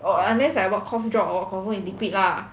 or unless like what cough drop or confirm liquid lah